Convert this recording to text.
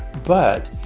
but.